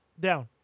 down